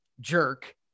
jerk